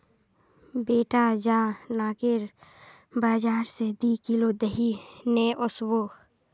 बेटा जा नाकेर बाजार स दी किलो दही ने वसबो